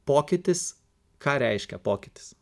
pokytis ką reiškia pokytis